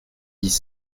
dix